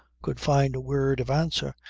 could find a word of answer,